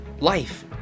life